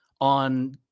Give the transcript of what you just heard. on